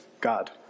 God